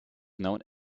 known